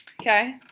Okay